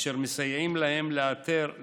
אשר מסייעים להם לאתר,